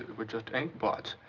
it was just ink but